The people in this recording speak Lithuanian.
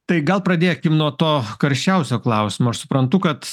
tai gal pradėkim nuo to karščiausio klausimo aš suprantu kad